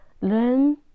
learn